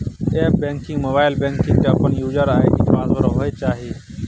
app banking, mobile banking के अपन user ID password होय चाहिए